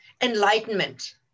enlightenment